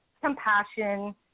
compassion